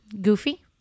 Goofy